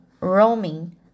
roaming